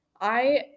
I-